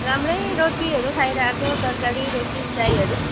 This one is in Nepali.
राम्रै रोटीहरू खाएर आएको तरकारी रोटी चियाहरू